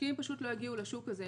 משקיעים פשוט לא יגיעו לשוק הזה.